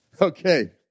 okay